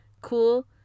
Cool